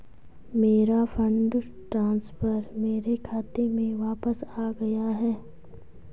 मेरा fund transfer मेरे खाते में वापस आ गया है